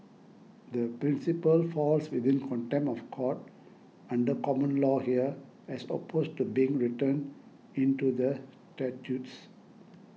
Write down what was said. the principle falls within contempt of court under common law here as opposed to being written into the statutes